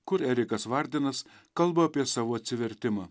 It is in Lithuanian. kur erikas vardinas kalba apie savo atsivertimą